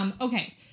Okay